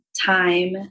time